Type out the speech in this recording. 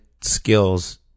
skills